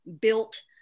built